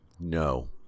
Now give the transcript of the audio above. no